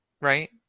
right